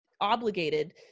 obligated